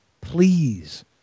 please